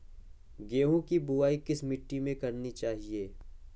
गेहूँ की बुवाई किस मिट्टी में करनी चाहिए?